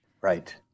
Right